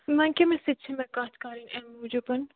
ونۍ کیٚمِس سۭتۍ چھِ مےٚ کَتھ کَرٕنۍ اَمہِ موٗجوٗبن